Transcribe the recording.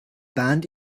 band